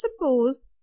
suppose